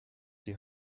die